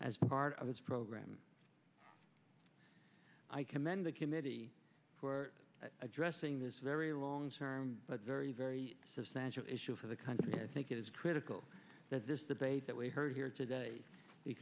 as part of this program i commend the committee for addressing this very long term but very very substantial issue for the country i think it is critical that this debate that we heard here today